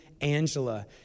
Angela